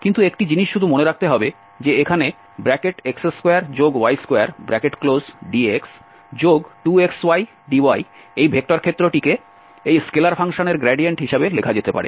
কিন্তু একটি জিনিস শুধু মনে রাখতে হবে যে এখানে x2y2dx2xydy এই ভেক্টর ক্ষেত্রটিকে এই স্কেলার ফাংশনের গ্রেডিয়েন্ট হিসাবে লেখা যেতে পারে